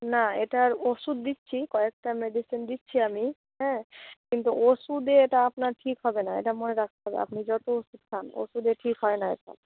না এটার ওষুধ দিচ্ছি কয়েকটা মেডিসিন দিচ্ছি আমি হ্যাঁ কিন্তু ওষুধে এটা আপনার ঠিক হবে না এটা মনে রাখতে হবে আপনি যত ওষুধ খান ওষুধে ঠিক হয় না এসব